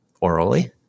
orally